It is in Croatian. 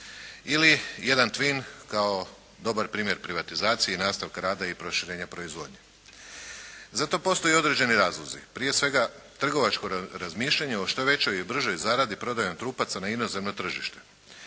se ne razumije./… dobar primjer privatizaciji i nastavka rada i proširenja proizvodnje. Zato postoje određeni razlozi, prije svega trgovačko razmišljanje o što većoj i bržoj zaradi prodajom trupaca na inozemno tržište.